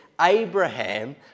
Abraham